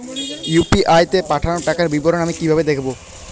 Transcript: UPI তে পাঠানো টাকার বিবরণ আমি কিভাবে দেখবো?